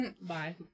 Bye